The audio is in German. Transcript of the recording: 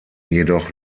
jedoch